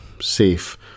safe